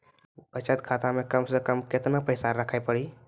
बचत खाता मे कम से कम केतना पैसा रखे पड़ी?